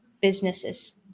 businesses